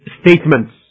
statements